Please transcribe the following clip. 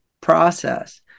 process